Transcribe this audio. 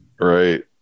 Right